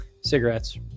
cigarettes